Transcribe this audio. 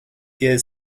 via